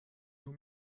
nur